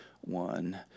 one